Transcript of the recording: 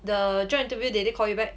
the job interview did they call you back